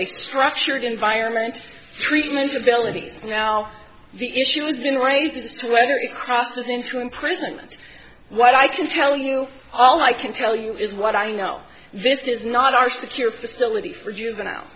a structured environment treatment abilities now the issue is going to raise is whether it crosses into imprisonment what i can tell you all i can tell you is what i know this is not our secure facility for juvenile